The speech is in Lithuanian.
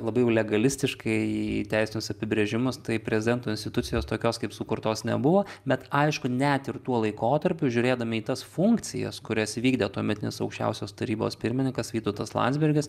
labai jau legalistiškai į teisinius apibrėžimus tai prezidento institucijos tokios kaip sukurtos nebuvo bet aišku net ir tuo laikotarpiu žiūrėdami į tas funkcijas kurias vykdė tuometinis aukščiausios tarybos pirmininkas vytautas landsbergis